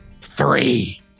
Three